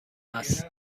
است